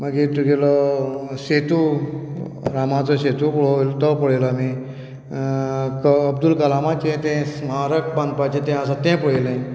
मागीर तुगेलो सेतू रामाचो सेतू तो पळयलो आमी अब्दूल कलामाचें तें स्मारक बांदपाचें आसा तें पळयलें